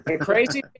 Crazy